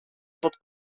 tot